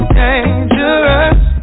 dangerous